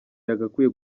yagakwiye